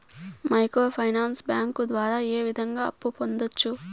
micro finance bank ద్వారా ఏ విధంగా అప్పు పొందొచ్చు